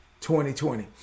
2020